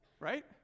Right